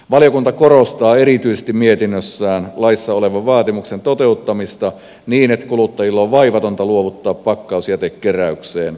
valiokunta korostaa mietinnössään erityisesti laissa olevan vaatimuksen toteuttamista niin että kuluttajien on vaivatonta luovuttaa pakkausjäte keräykseen